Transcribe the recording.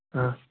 ꯑꯥ